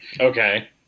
Okay